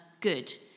good